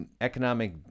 economic